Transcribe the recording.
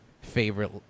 favorite